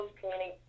community